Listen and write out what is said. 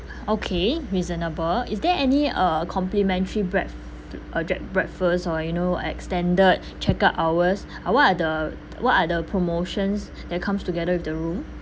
okay reasonable is there any uh complimentary breakf~ uh dr~ breakfast or you know extended check out hours uh what are the what are the promotions that comes together with the room